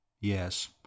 Yes